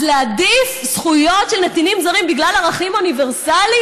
אז להעדיף זכויות של נתינים זרים בגלל ערכים אוניברסליים?